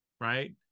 right